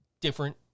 different